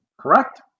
correct